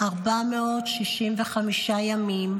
465 ימים,